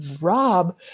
Rob